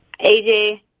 AJ